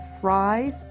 fries